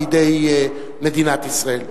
בידי מדינת ישראל.